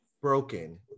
broken